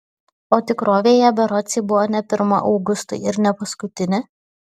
o tikrovėje berods ji buvo ne pirma augustui ir ne paskutinė